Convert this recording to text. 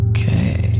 Okay